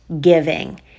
giving